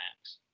Max